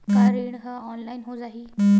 का ऋण ह ऑनलाइन हो जाही?